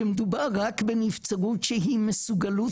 שמדובר רק בנבצרות שהיא מסוגלות,